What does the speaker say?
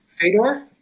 Fedor